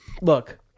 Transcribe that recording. look